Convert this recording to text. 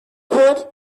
could